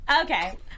Okay